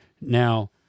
Now